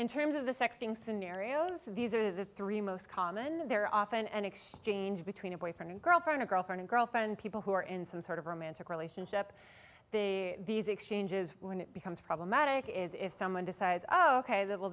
in terms of the sexting thing narrows these are the three most common there are often an exchange between a boyfriend girlfriend or girlfriend girlfriend people who are in some sort of romantic relationship the these exchanges when it becomes problematic is if someone decides oh ok that will